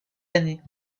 années